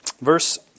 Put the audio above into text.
Verse